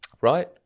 right